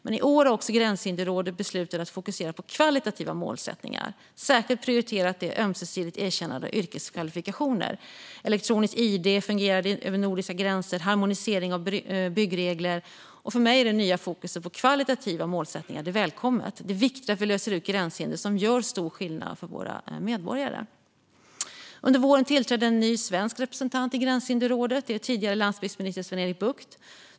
Men i år har också Gränshinderrådet beslutat att fokusera på kvalitativa målsättningar, och man har särskilt prioriterat ett ömsesidigt erkännande av yrkeskvalifikationer, elektroniskt id som fungerar över nordiska gränser och harmonisering av byggregler. För mig är det nya fokuset på kvalitativa målsättningar välkommet. Det är viktigt att vi löser ut gränshinder som gör stor skillnad för våra medborgare. Under våren tillträdde en ny svensk representant i Gränshinderrådet - tidigare landsbygdsministern Sven-Erik Bucht.